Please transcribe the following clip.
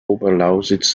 oberlausitz